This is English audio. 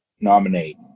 nominate